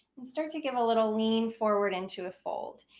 and start to give a little lean forward into a fold.